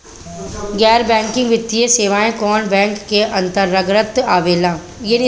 गैर बैंकिंग वित्तीय सेवाएं कोने बैंक के अन्तरगत आवेअला?